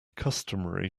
customary